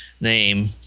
name